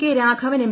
K Raghavan M